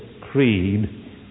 creed